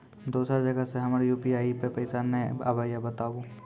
दोसर जगह से हमर यु.पी.आई पे पैसा नैय आबे या बताबू?